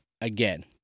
again